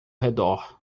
redor